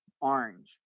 orange